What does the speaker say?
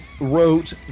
Wrote